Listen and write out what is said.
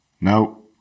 No